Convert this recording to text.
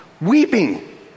weeping